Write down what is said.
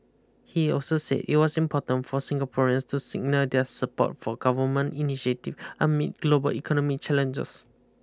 he also said it was important for Singaporeans to signal their support for government initiative amid global economic challenges